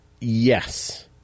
yes